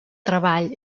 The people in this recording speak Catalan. treball